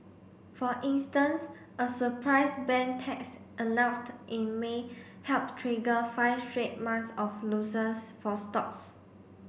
for instance a surprise bank tax announced in May helped trigger five straight months of loses for stocks